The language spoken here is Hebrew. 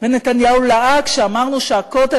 ונתניהו לעג כשאמרנו שהכותל,